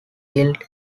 killed